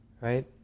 right